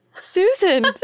Susan